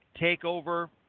Takeover